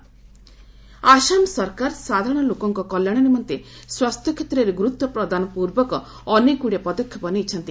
Assam health ସେକୁର ଆସାମ ସରକାର ସାଧାରଣଲୋକଙ୍କ କଲ୍ୟାଣ ନିମନ୍ତେ ସ୍ୱାସ୍ଥ୍ୟ କ୍ଷେତ୍ରରେ ଗୁରୁତ୍ୱ ପ୍ରଦାନ ପୂର୍ବକ ଅନେକଗୁଡ଼ିଏ ପଦକ୍ଷେପ ନେଇଛନ୍ତି